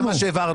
זה מה שהבהרנו.